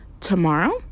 Tomorrow